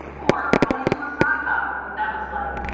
or going to a sock hop and what that was like.